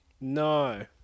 No